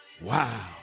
Wow